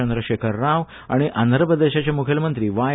चंद्रशेखर राव आनी आंध्रप्रदेशाचे म्खेलमंत्री व्हाय